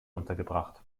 untergebracht